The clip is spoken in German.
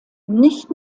nicht